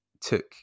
took